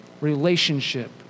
relationship